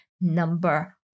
number